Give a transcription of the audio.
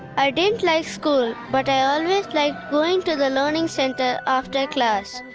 i didn't like school but ah like like to the learning center after class.